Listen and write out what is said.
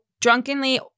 drunkenly